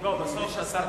(תיקון מס' 3), התש"ע 2010,